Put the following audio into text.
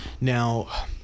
Now